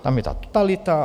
Tam je ta totalita.